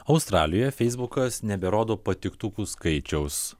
australijoje feisbukas neberodo patiktukų skaičiaus